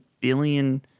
billion